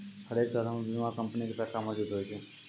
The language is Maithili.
हरेक शहरो मे बीमा कंपनी के शाखा मौजुद होय छै